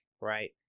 right